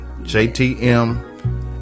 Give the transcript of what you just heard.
JTM